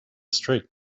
street